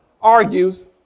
argues